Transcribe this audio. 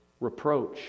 reproach